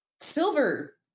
silver